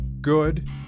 Good